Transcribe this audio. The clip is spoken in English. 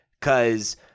Cause